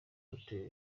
hotel